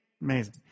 Amazing